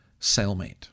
cellmate